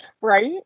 Right